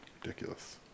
ridiculous